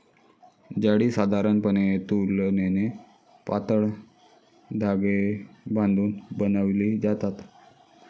जाळी साधारणपणे तुलनेने पातळ धागे बांधून बनवली जातात